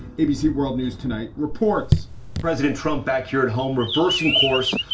abc world news tonight reports president trump back here at home, reversing course,